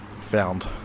found